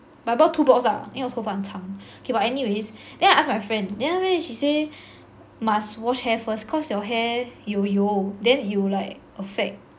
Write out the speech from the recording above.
but I bought two box lah 因为我头发很长 okay but anyways then I ask my friend then after that she say must wash hair first cause your hair 有油 then it will like affect